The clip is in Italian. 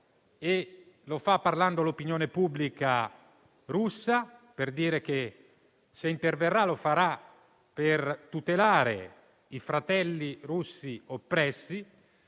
Lo fa parlando all'opinione pubblica russa, per dire che, se interverrà, lo farà per tutelare i fratelli russi oppressi.